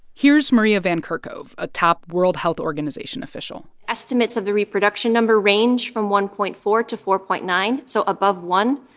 here's maria van kerkhove a top world health organization official estimates of the reproduction number range from one point four to four point nine so above one,